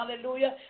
Hallelujah